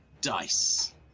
dice